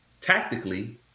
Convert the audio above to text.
tactically